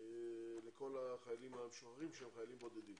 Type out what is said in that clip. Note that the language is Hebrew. לכל החיילים המשוחררים, שהם חיילים בודדים.